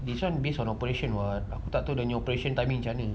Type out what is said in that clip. this [one] based on operation [what] aku tak tahu dia punya operation timing macam mana